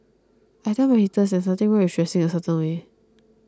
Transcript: I tell my haters there is nothing wrong with dressing a certain way